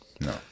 No